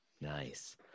Nice